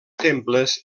temples